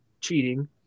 cheating